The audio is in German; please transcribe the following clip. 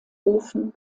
ofen